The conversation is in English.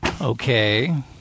Okay